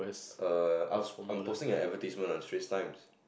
a I I'm posting an advertisement on Strait-Times